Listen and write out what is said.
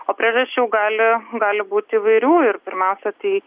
o priežasčių gali gali būti įvairių ir pirmiausia tai